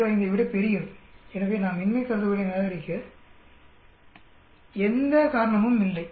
05 ஐ விட பெரியது எனவே இன்மை கருதுகோளை நிராகரிக்க எந்த காரணமும் இல்லை